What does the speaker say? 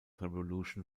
revolution